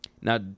Now